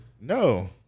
no